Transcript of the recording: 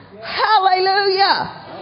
Hallelujah